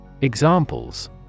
Examples